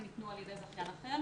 הם ניתנו על ידי זכיין אחר.